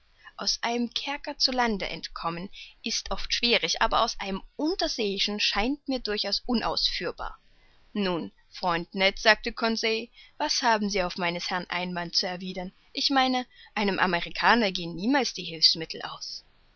aus einem kerker zu lande entkommen ist oft schwierig aber aus einem unterseeischen scheint mir durchaus unausführbar nun freund ned fragte conseil was haben sie auf meines herrn einwand zu erwidern ich meine einem amerikaner gehen niemals die hilfsmittel aus